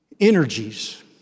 energies